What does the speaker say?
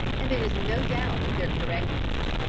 and there is no doubt of their correctness.